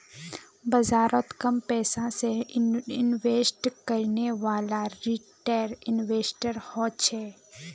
बाजारोत कम पैसा से इन्वेस्ट करनेवाला रिटेल इन्वेस्टर होछे